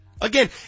Again